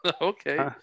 okay